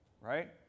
right